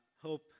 Hope